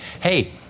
hey